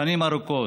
שנים ארוכות,